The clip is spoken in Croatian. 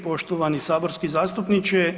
Poštovani saborski zastupniče.